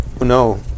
no